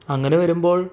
അങ്ങനെ വരുമ്പോൾ